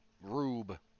rube